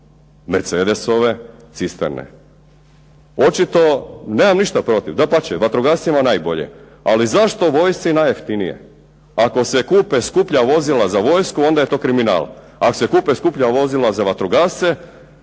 Mercedesove cisterne. Očito, nemam ništa protiv, dapače vatrogascima najbolje. Ali zašto vojsci najjeftinije? Ako se kupe skuplja vozila za vojsku onda je to kriminal. Ako se kupe skuplja vozila za vatrogasce